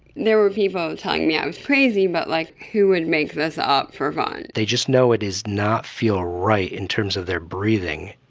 there were people telling me i was crazy, but like who would make this up for fun? they just know it does not feel right in terms of their breathing,